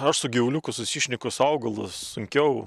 aš su gyvuliuku susišneku su augalu sunkiau